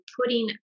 putting